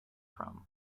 from